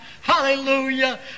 Hallelujah